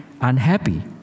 unhappy